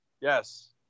Yes